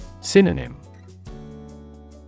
Synonym